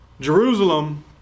Jerusalem